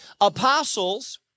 Apostles